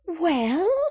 Well